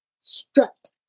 strut